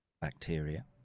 bacteria